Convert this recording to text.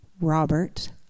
Robert